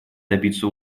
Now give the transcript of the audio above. добиться